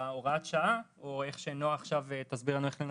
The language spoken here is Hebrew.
ובהוראת השעה, או נעה עכשיו תסביר לנו איך לנסח,